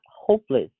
hopeless